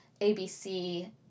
ABC